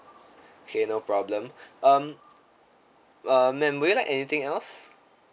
K no problem um uh ma'am would you like anything else